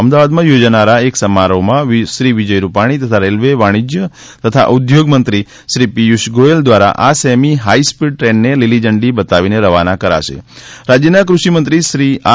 અમદાવાદમાં યોજનારા એક સમારોહમાં શ્રી વિજય રૂપાણી તથા રેલવે વાણિજ્ય તથા ઉદ્યોગમંત્રી શ્રી પિયુષ ગોયલ દ્વારા આ સેમી હાઈ સ્પીડ ટ્રેનને લીલી ઝંડી બતાવીને રવાના કરાશે રાજ્યના કૃષિ મંત્રી શ્રી આર